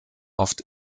oft